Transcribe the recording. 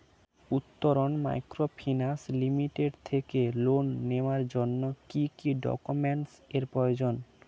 Uttaran microfinance limited থেকে loan নেওয়ার জন্য কি কি ডকুমেন্টস এর প্রয়োজন?